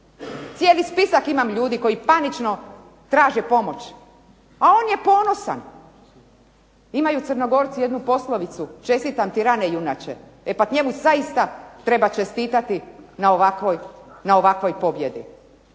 Cijeli spisak imam ljudi koji panično traže pomoć, a on je ponosan. Imaju Crnogorci jednu poslovicu "Čestitam ti rane junače". E pa njemu zaista treba čestitati na ovakvoj pobjedi.